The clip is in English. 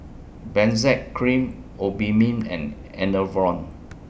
Benzac Cream Obimin and Enervon